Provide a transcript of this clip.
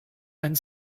and